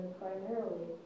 primarily